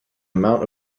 amount